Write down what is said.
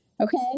okay